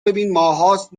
ببین، ماههاست